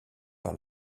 par